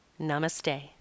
Namaste